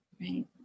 Right